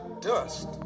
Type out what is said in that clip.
dust